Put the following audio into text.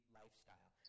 lifestyle